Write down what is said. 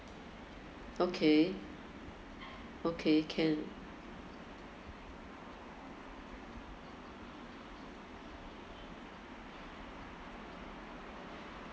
okay okay can